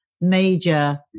major